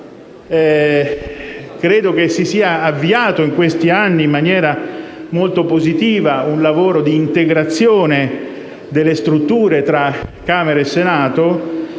credo che si sia avviato in questi anni in maniera molto positiva un lavoro di integrazione delle strutture tra Camera e Senato.